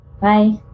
Bye